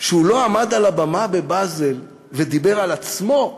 שהוא לא עמד על הבמה בבאזל ודיבר על עצמו,